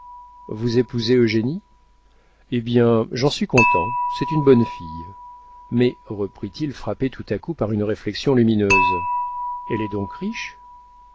vous épousez eugénie eh bien j'en suis content c'est une bonne fille mais reprit-il frappé tout à coup par une réflexion lumineuse elle est donc riche